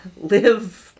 Live